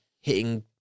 Hitting